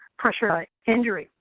pressure injury.